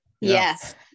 Yes